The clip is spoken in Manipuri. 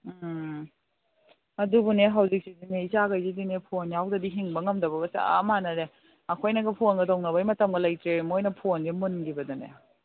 ꯎꯝ ꯑꯗꯨꯕꯨꯅꯦ ꯍꯧꯖꯤꯛꯁꯤꯗꯤꯅꯦ ꯏꯆꯥꯈꯩꯁꯤꯗꯤꯅꯦ ꯐꯣꯟ ꯌꯥꯎꯗ꯭ꯔꯗꯤ ꯍꯤꯡꯕ ꯉꯝꯗꯕꯒ ꯆꯞ ꯃꯥꯟꯅꯔꯦ ꯑꯩꯈꯣꯏꯅꯒ ꯐꯣꯟꯒ ꯇꯧꯅꯕꯩ ꯃꯇꯝꯒ ꯂꯩꯇ꯭ꯔꯦ ꯃꯣꯏꯅ ꯐꯣꯟꯁꯦ ꯃꯨꯟꯈꯤꯕꯗꯅꯦ